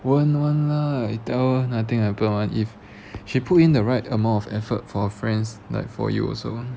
won't [one] lah you tell her nothing happen [one] if she put in the right amount of effort for friends like for you also